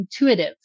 intuitive